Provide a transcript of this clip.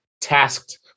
tasked